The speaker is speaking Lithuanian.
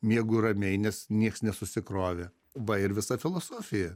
miegu ramiai nes nieks nesusikrovė va ir visa filosofija